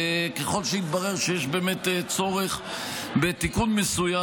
ככל שיתברר שיש באמת צורך בתיקון מסוים,